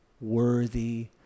worthy